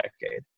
decade